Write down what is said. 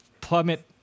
plummet